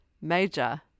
Major